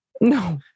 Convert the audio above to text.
No